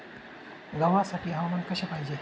गव्हासाठी हवामान कसे पाहिजे?